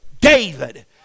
David